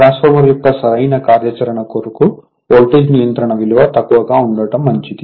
transformer యొక్క సరైన కార్యాచరణ కొరకు వోల్టేజ్ నియంత్రణ విలువ తక్కువగా ఉండటం మంచిది